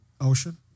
Ocean